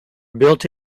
built